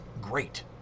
great